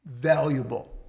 valuable